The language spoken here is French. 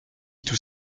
tous